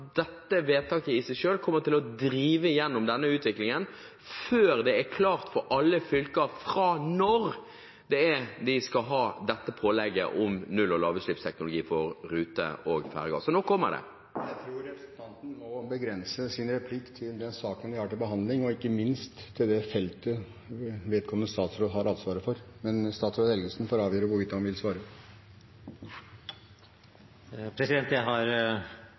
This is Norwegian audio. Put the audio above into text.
de skal ha dette pålegget om null- og lavutslippsteknologi for rutebåter og ferger. Når kommer det? Presidenten tror representanten må begrense sin replikk til den saken vi har til behandling, og ikke minst til det feltet vedkommende statsråd har ansvaret for, men statsråd Helgesen får avgjøre hvorvidt han vil svare. Jeg har